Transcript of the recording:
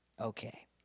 okay